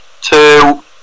two